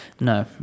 No